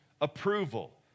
approval